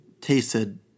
tasted